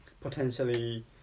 Potentially